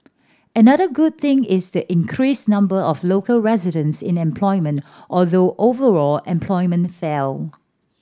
another good thing is the increased number of local residents in employment although overall employment fell